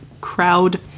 Crowd